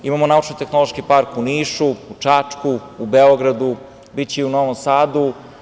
Imamo Naučno-tehnološki park u Nišu, Čačku, Beogradu, biće i u Novom Sadu.